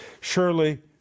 Surely